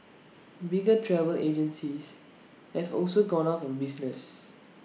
bigger travel agencies have also gone out of business